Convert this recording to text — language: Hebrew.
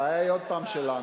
הבעיה היא עוד הפעם שלנו.